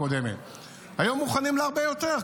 היו מוכנים להרבה יותר,